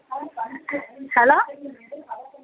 hello